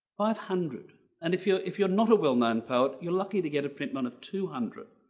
five hundred and if you're if you're not a well-known poet you're lucky to get a print run of two hundred.